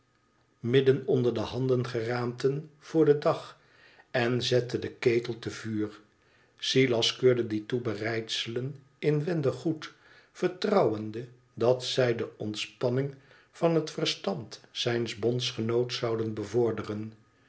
midden onder de handengeraamten voor den dag en zette den ketel te vuur silas keurde die toebereidselen inwendig goed vertrouwende dat zij de ontspanning van het verstand zijns bondgenoots zouden bevorderen